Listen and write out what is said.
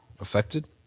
affected